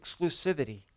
exclusivity